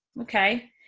Okay